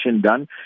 done